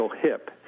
hip